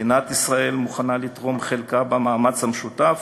מדינת ישראל מוכנה לתרום חלקה במאמץ המשותף